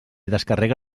descarrega